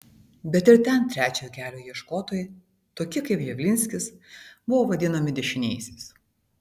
bet ir ten trečiojo kelio ieškotojai tokie kaip javlinskis buvo vadinami dešiniaisiais